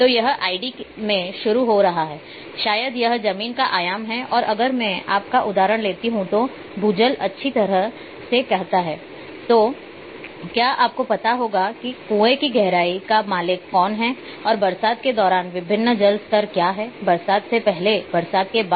तो यह आईडी से शुरू हो रहा है शायद यह जमीन का आयाम है और अगर मैं आप का उदाहरण लेती हूं तो भूजल अच्छी तरह से कहता है तो क्या आपको पता होगा कि कुएं की गहराई का मालिक कौन है और बरसात के दौरान विभिन्न जल स्तर क्या हैं बरसात से पहले बरसात के बाद